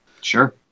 Sure